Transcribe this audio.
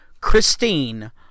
Christine